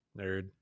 Nerd